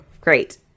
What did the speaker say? Great